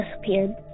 disappeared